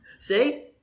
See